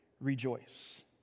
rejoice